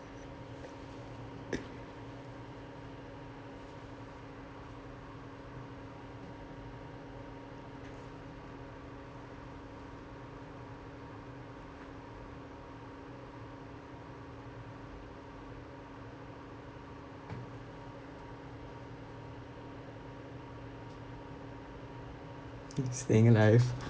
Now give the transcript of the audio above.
staying alive